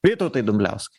vytautai dumbliauskai